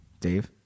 Dave